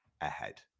ahead